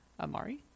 Amari